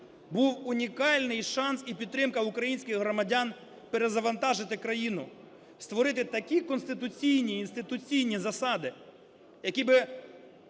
був унікальний шанс і підтримка українських громадян перезавантажити країну, створити такі конституційні інституційні засади, які би